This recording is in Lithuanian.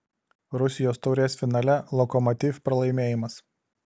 rusijos taurės finale lokomotiv pralaimėjimas